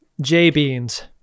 J-beans